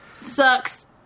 Sucks